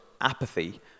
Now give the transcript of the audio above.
apathy